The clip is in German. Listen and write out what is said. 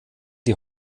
die